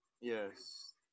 Yes